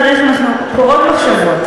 תראי איך אנחנו קוראות מחשבות,